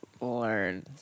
learn